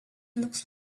looks